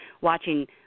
watching